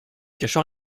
caches